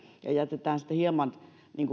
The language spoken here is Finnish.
ja jätetään hieman